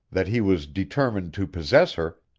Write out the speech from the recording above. that he was determined to possess her,